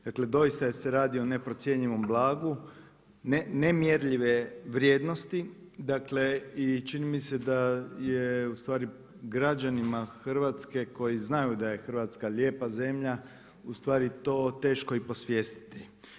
Dakle doista se radi o neprocjenjivom blagu, nemjerljive vrijednosti i čini mise da je građanima Hrvatske koji znaju da je Hrvatska lijepa zemlja ustvari to teško i posvijestiti.